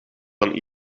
dan